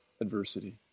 adversity